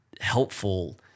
helpful